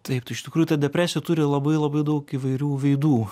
taip tai iš tikrųjų ta depresija turi labai labai daug įvairių veidų